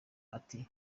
ati